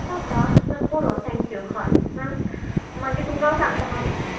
नाका पुरो थँक्यू हय मागीर तुमका हांव सांगता हांव